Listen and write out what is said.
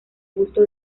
busto